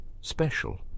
special